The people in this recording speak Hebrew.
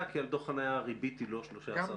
כי על דוח חניה הריבית היא לא 13 שקלים.